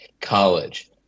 college